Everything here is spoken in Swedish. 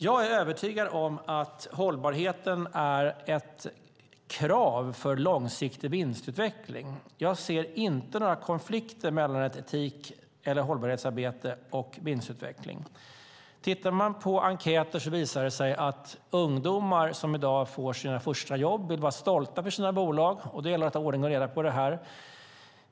Jag är övertygad om att hållbarheten är ett krav för långsiktig vinstutveckling. Jag ser inga konflikter mellan ett etik eller hållbarhetsarbete och vinstutveckling. Tittar man på enkäter visar det sig att ungdomar som i dag får sina första jobb vill vara stolta över sina bolag, och då gäller det att ha ordning och reda på detta.